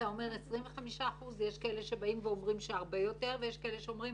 אתה אומר 25 אחוזים ויש כאלה שבאים ואומרים שהרבה יותר ויש כאלה שאומרים